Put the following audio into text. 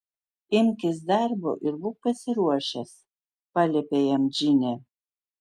imkis darbo ir būk pasiruošęs paliepė jam džinė